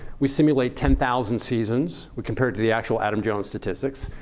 we simulate ten thousand seasons. we compare it to the actual adam jones statistics.